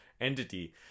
entity